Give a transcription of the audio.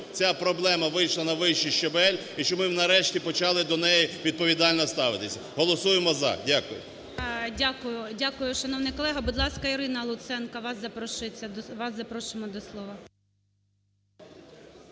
ця проблема вийшла на вищий щабель, і щоб ми, нарешті, почали до неї відповідально ставитись. Голосуємо "за". Дякую. ГОЛОВУЮЧИЙ. Дякую. Дякую, шановний колега. Будь ласка, Ірина Луценко, вас запрошуємо до слова.